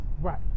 Right